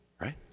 Right